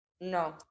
No